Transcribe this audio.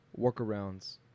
workarounds